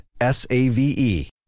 S-A-V-E